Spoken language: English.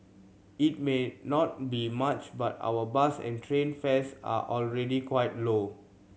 it may not be much but our bus and train fares are already quite low